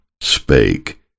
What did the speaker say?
spake